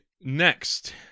next